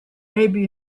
maybe